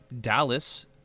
Dallas